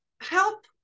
help